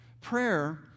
Prayer